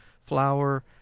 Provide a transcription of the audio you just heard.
flour